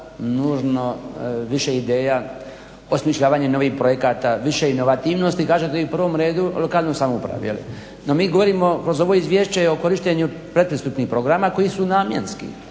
nužno više ideja, osmišljavanje novih projekata, više inovativnosti. I kažete i u prvome redu lokalnoj samoupravi. No, mi govorimo kroz ovo Izvješće o korištenju predpristupnih programa koji su namjenski